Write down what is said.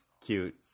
cute